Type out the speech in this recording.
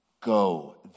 Go